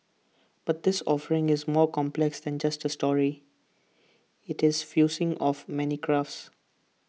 but this offering is more complex than just A story IT is fusing of many crafts